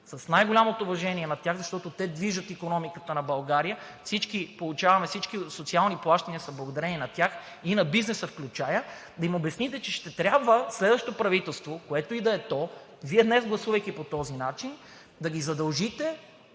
с най-голямото ми уважение към тях, защото те движат икономиката на България и всички социални плащания са благодарение на тях и на бизнеса включително, да им обясните, че ще трябва при следващото правителство, което и да е то, гласувайки по този начин, да ги задължите